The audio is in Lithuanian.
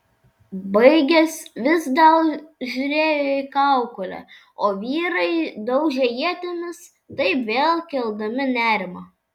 baigęs vis dar žiūrėjo į kaukolę o vyrai daužė ietimis taip vėl keldami nerimą